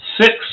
six